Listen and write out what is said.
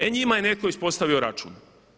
E njima je netko ispostavio račun.